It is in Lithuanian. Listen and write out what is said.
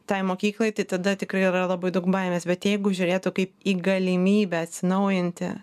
tai mokyklai tai tada tikrai yra labai daug baimės bet jeigu žiūrėtų kaip į galimybę atsinaujinti